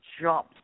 jump